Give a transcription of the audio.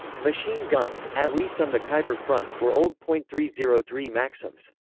machine guns, at least on the khyber front, were old point three zero three maxims.